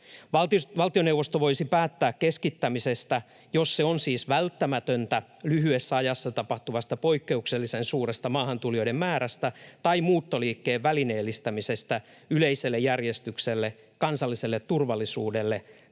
Valtioneuvosto voisi päättää keskittämisestä, jos se on siis välttämätöntä lyhyessä ajassa tapahtuvasta poikkeuksellisen suuresta maahantulijoiden määrästä tai muuttoliikkeen välineellistämisestä yleiselle järjestykselle, kansalliselle turvallisuudelle